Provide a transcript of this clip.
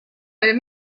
les